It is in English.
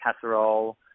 casserole